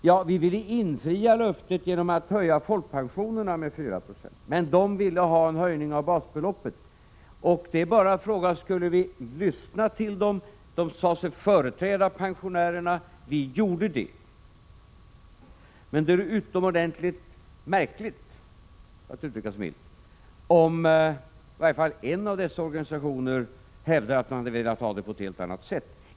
Ja, vi ville infria löftet genom att höja folkpensionerna med 4 96, men pensionärsorganisationerna ville ha en höjning av basbeloppet. Frågan var bara om vi skulle lyssna till dem — de sade sig företräda pensionärerna. Vi gjorde det. Men det är då utomordentligt märkligt — för att uttrycka sig milt — om i varje fall en av dessa organisationer hävdar att man hade velat ha det på ett helt annat sätt.